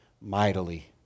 mightily